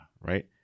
right